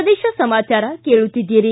ಪ್ರದೇಶ ಸಮಾಚಾರ ಕೇಳುತ್ತಿದ್ದೀರಿ